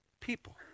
people